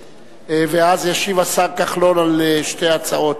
השר כחלון ישיב על שתי ההצעות.